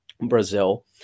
Brazil